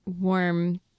warm